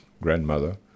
grandmother